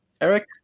Eric